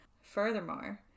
Furthermore